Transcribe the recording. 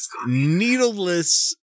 needleless